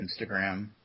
Instagram